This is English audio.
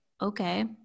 okay